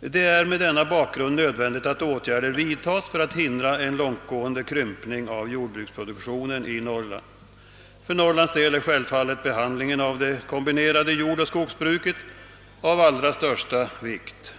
Det är mot denna bakgrund nödvändigt att åtgärder vidtas för att hindra en långtgående krympning av jordbruksproduktionen i Norrland. För Norrlands del är självfallet behandlingen av det kombinerade jordoch skogsbruket av allra största vikt.